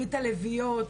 ברית הלביאות,